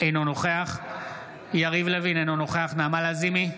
אינו נוכח יריב לוין, אינו נוכח נעמה לזימי,